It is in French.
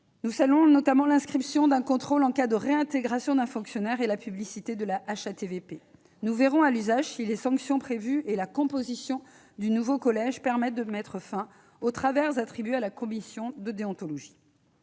-, notamment l'inscription d'un contrôle en cas de réintégration d'un fonctionnaire et la publicité de la HATVP. Nous verrons à l'usage si les sanctions prévues et la composition du nouveau collège permettent de mettre fin aux travers attribués à la commission de déontologie.